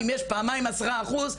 אם יש פעמיים עשרה אחוז,